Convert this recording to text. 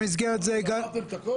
במסגרת זו הגענו להסכמה